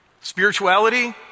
Spirituality